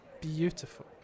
beautiful